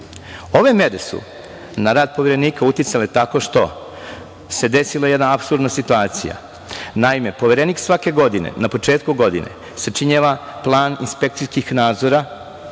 mere su na rad Poverenika uticale tako što se desila jedna apsurdna situacija. Naime, Poverenik svake godine na početku godine sačinjava plan inspekcijskih nadzora